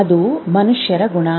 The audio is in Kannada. ಅದು ಮನುಷ್ಯರ ಗುಣ